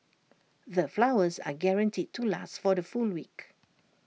the flowers are guaranteed to last for the full week